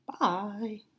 bye